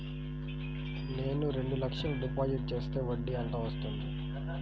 నేను రెండు లక్షల డిపాజిట్ చేస్తే వడ్డీ ఎంత వస్తుంది?